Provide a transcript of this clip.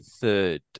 Third